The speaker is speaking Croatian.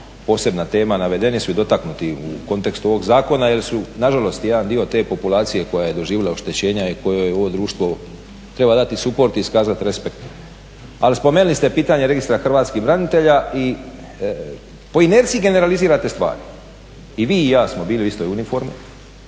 posebna tema. Navedeni su i dotaknuti u kontekstu ovog zakona jer su nažalost jedan dio te populacije koja je doživjela oštećenja i kojoj ovo društvo treba dati suport i iskazat respekt. Ali spomenuli ste pitanje Registra hrvatskih branitelja i po inerciji generalizirate stvari. I vi i ja smo bili u istoj uniformi,